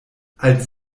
als